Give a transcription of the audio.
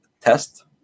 test